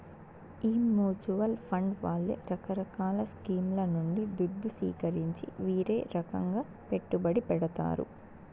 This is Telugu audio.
ఈ మూచువాల్ ఫండ్ వాళ్లే రకరకాల స్కీంల నుండి దుద్దు సీకరించి వీరే రకంగా పెట్టుబడి పెడతారు